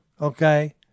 okay